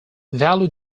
value